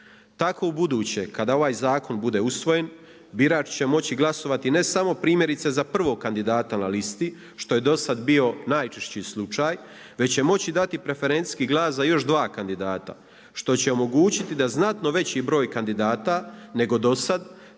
Tako ubuduće kada ovaj zakon bude usvojen birač će moći glasovati ne samo primjerice za prvog kandidata na listi što je do sada bio najčešći slučaj, već će moći dati preferencijski glas za još dva kandidata što će omogućiti da znatno veći broj kandidata nego do sada